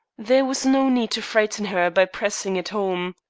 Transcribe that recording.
there was no need to frighten her by pressing it home.